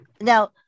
Now